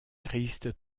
triste